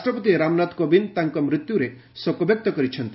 ରାଷ୍ଟ୍ରପତି ରାମନାଥ କୋବିନ୍ଦ ତାଙ୍କ ମୃତ୍ୟୁରେ ଶୋକବ୍ୟକ୍ତ କରିଛନ୍ତି